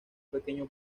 pequeño